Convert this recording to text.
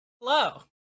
hello